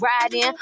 riding